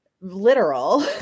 literal